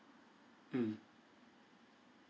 mm